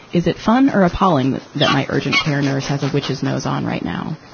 is it fun or appalling that that my urgent care nurse has a witch's nose on right now?